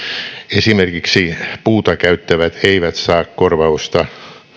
esimerkiksi puuta käyttävät eivät saa korvausta